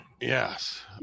Yes